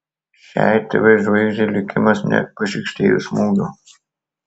šiai tv žvaigždei likimas nepašykštėjo smūgių